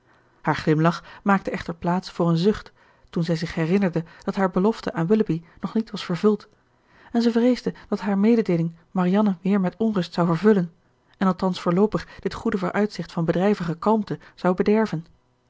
haar glimlach maakte echter plaats voor een zucht toen zij zich herinnerde dat hare belofte aan willoughby nog niet was vervuld en zij vreesde dat hare mededeeling marianne weer met onrust zou vervullen en althans voorloopig dit goede vooruitzicht van bedrijvige kalmte zou bederven